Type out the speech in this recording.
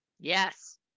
Yes